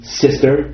sister